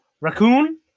Raccoon